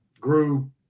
grew